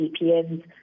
VPNs